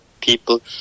people